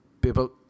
People